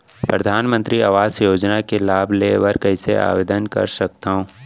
परधानमंतरी आवास योजना के लाभ ले बर कइसे आवेदन कर सकथव?